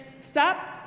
stop